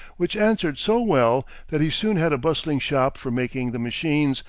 which answered so well that he soon had a bustling shop for making the machines,